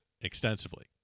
extensively